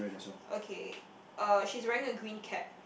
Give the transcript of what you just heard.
okay uh she's wearing a green cap